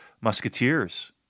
musketeers